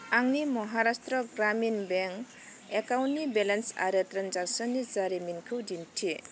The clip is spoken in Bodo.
आंनि महाराष्ट्र ग्रामिन बेंक एकाउन्टनि बेलेन्स आरो ट्रेनजेक्सननि जारिमिनखौ दिन्थि